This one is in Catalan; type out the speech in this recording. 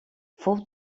fou